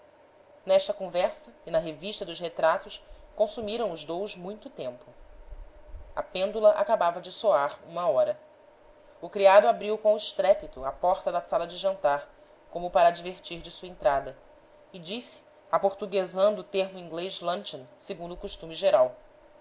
nesta conversa e na revista dos retratos consumiram os dous muito tempo a pêndula acabava de soar uma hora o criado abriu com estrépito a porta da sala da jantar como para advertir de sua entrada e disse aportuguesando o termo inglês luncheon segundo o costume geral